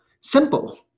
Simple